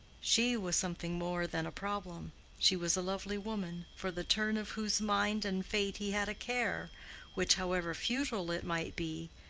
she was something more than a problem she was a lovely woman, for the turn of whose mind and fate he had a care which, however futile it might be,